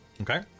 Okay